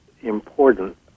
important